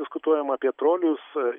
diskutuojam apie trolius